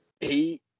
eight